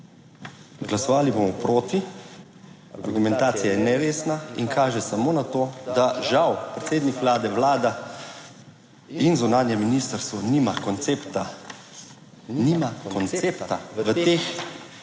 Glasovali bomo proti. Argumentacija je neresna in kaže samo na to, da žal predsednik Vlade, Vlada in zunanje ministrstvo nima koncepta,